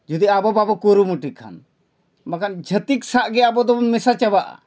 ᱡᱩᱫᱤ ᱟᱵᱚ ᱵᱟᱵᱚ ᱠᱩᱨᱩᱢᱩᱴᱤᱭ ᱠᱷᱟᱱ ᱵᱟᱠᱷᱟᱱ ᱡᱷᱟᱛᱤᱠ ᱥᱟᱞᱟᱜ ᱜᱮ ᱟᱵᱚ ᱫᱚᱵᱚᱱ ᱢᱮᱥᱟ ᱪᱟᱵᱟᱜᱼᱟ